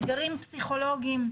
אתגרים פסיכולוגיים,